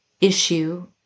issue